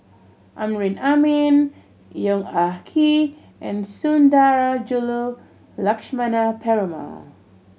Amrin Amin Yong Ah Kee and Sundarajulu Lakshmana Perumal